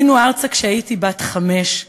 עלינו ארצה כשהייתי בת חמש,